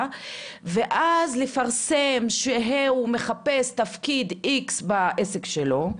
ואז לפרסם שהוא מחפש תפקיד X בעסק שלו,